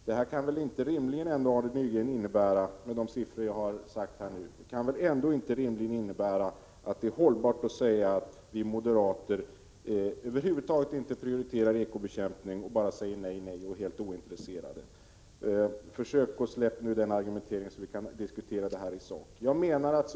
Detta kan rimligen inte innebära, Arne Nygren, att det är hållbart att påstå att vi moderater över huvud taget inte prioriterar ekobrottsbekämpning utan bara säger nej och är helt ointresserade. Försök att släppa denna argumentering, så vi kan diskutera detta i sak!